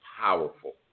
powerful